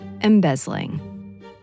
embezzling